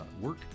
work